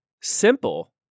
simple